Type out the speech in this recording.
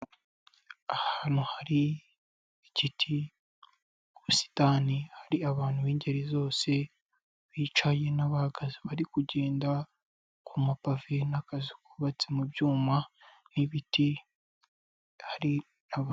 Ahantu hari igiti, ubusitani, hari abantu b'ingeri zose, bicaye n'abahagaze bari kugenda ku mapave n'akazu kubatse mu byuma, n'ibiti hari aba.